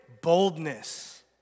boldness